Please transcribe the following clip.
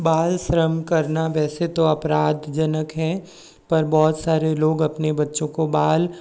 बाल श्रम करना वैसे तो अपराध जनक है पर बहुत सारे लोग अपने बच्चों को बाल